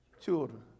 children